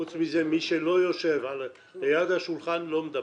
חוץ מזה, מי שלא יושב ליד השולחן לא מדבר.